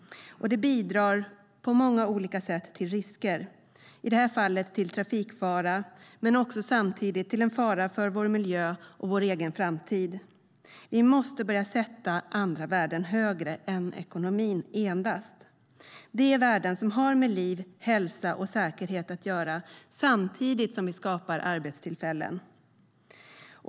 Det bidrar på många olika sätt till risker - i det här fallet till trafikfara och samtidigt till en fara för vår miljö och vår egen framtid. Vi måste börja sätta andra värden högre och inte endast se till ekonomin. Det handlar om de värden som har med liv, hälsa och säkerhet att göra samtidigt som vi skapar arbetstillfällen.